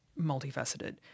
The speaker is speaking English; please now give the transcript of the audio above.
multifaceted